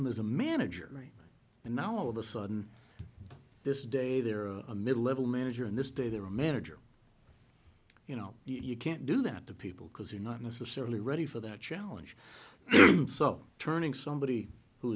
him as a manager right and now all of a sudden this day there are a mid level manager and this day there are a manager you know you can't do that to people because you're not necessarily ready for that challenge so turning somebody